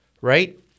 right